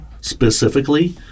specifically